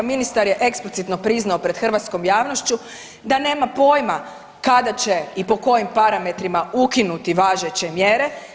Ministar je eksplicitno priznao pred hrvatskom javnošću da nema pojma kada će i pod kojim parametrima ukinuti važeće mjere.